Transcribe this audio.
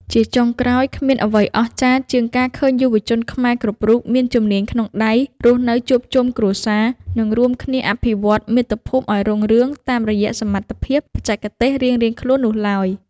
ជាចុងក្រោយ គ្មានអ្វីអស្ចារ្យជាងការឃើញយុវជនខ្មែរគ្រប់រូបមានជំនាញក្នុងដៃ រស់នៅជួបជុំគ្រួសារ និងរួមគ្នាអភិវឌ្ឍមាតុភូមិឱ្យរុងរឿងតាមរយៈសមត្ថភាពបច្ចេកទេសរៀងៗខ្លួននោះឡើយ។